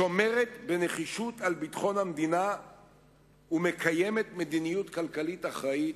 שומרת בנחישות על ביטחון המדינה ומקיימת מדיניות כלכלית אחראית,